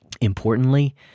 importantly